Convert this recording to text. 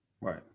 right